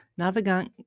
Navigant